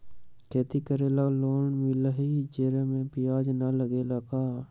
खेती करे ला लोन मिलहई जे में ब्याज न लगेला का?